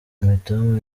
imitoma